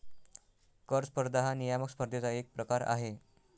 कर स्पर्धा हा नियामक स्पर्धेचा एक प्रकार आहे